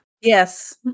Yes